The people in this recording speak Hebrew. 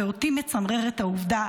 "ואותי מצמררת העובדה",